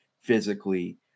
physically